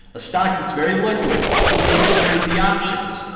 a stock that's very liquid, it's easy to trade the options.